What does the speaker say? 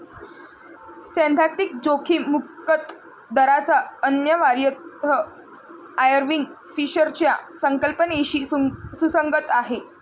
सैद्धांतिक जोखीम मुक्त दराचा अन्वयार्थ आयर्विंग फिशरच्या संकल्पनेशी सुसंगत आहे